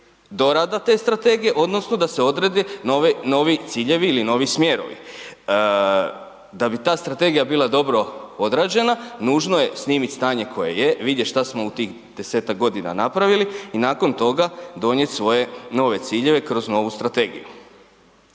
dorada te strategije odnosno da se odrede novi ciljevi ili novi smjerovi. Da bi ta strategija bila dobro odrađena, nužno je snimit stanje koje je, vidjet šta smo u tih 10-ak godina napravili i nakon toga donijet svoje nove ciljeve kroz novu strategiju.